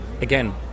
Again